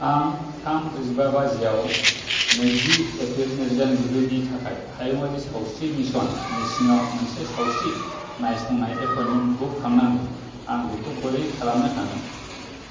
आं थाम ब्रैजिबा बाजिआव नैजि एप्रिल नैरोजा नैजिब्रैनि थाखाय हायुंआरि सावस्रि मिसन नि सिङाव मोनसे सावस्रि नायसंनाय एपइन्टमेन्ट बुक खालामनांगौ आं बेखौ बोरै खालामनो हागोन